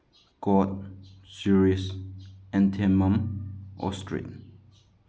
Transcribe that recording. code ꯆꯨꯔꯤꯁ ꯑꯦꯟꯊꯦꯃꯝ ꯑꯣꯏꯇ꯭ꯔꯤꯠ